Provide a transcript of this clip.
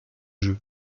jeu